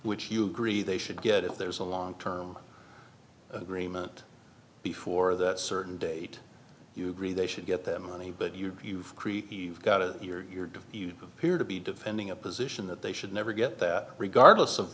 which you agree they should get if there's a long term agreement before that certain date you agree they should get them money but you've got to you're down here to be defending a position that they should never get that regardless of